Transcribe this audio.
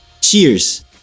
cheers